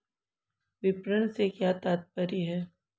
विपणन से क्या तात्पर्य है?